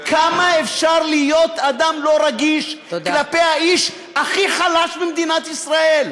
כמה אפשר להיות אדם לא רגיש כלפי האיש הכי חלש במדינת ישראל?